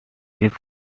this